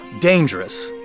Dangerous